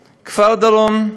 כפר-דרום,